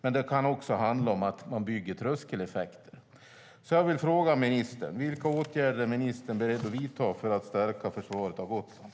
Men det kan också handla om att man bygger tröskeleffekter. Vilka åtgärder är ministern beredd att vidta för att stärka försvaret av Gotland?